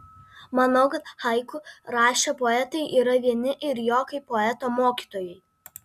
manau kad haiku rašę poetai yra vieni ir jo kaip poeto mokytojai